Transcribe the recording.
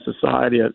society